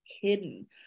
hidden